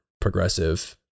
progressive